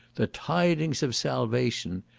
the tidings of salvation,